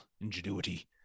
ingenuity